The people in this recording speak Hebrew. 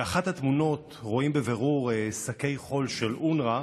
באחת התמונות רואים בבירור שקי חול של אונר"א